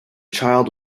child